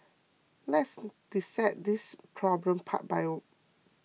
let's dissect this problem part by